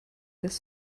this